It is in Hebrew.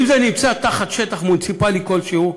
אם זה נמצא בשטח מוניציפלי כלשהו,